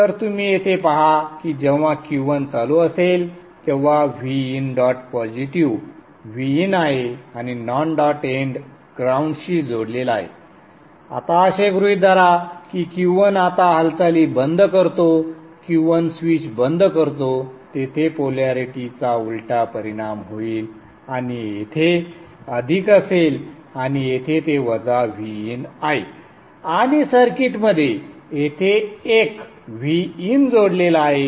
तर तुम्ही येथे पहा की जेव्हा Q1 चालू असेल तेव्हा Vin डॉट पॉझिटिव्ह Vin आहे आणि नॉन डॉट एंड ग्राऊंड शी जोडलेला आहे आता असे गृहीत धरा की Q1 आता हालचाली बंद करतो Q1 स्विच बंद करतो तेथे पोलॅरिटी चा उलटा परिणाम होईल आणि येथे अधिक असेल आणि येथे ते वजा Vin आहे आणि सर्किटमध्ये येथे एक Vin जोडलेला आहे